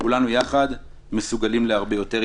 כולנו יחד מסוגלים להרבה יותר מכך.